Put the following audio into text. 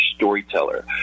storyteller